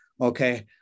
okay